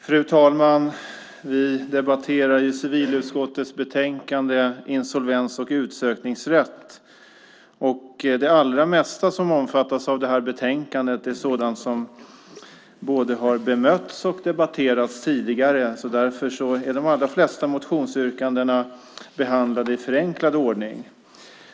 Fru talman! Vi debatterar civilutskottets betänkande Insolvens och utsökningsrätt , och det allra mesta som omfattas av det här betänkandet är sådant som både har bemötts och debatterats tidigare. Därför är de allra flesta motionsyrkandena behandlade i förenklad ordning.